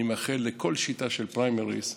אני מאחל לכל שיטה של פריימריז,